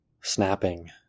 snapping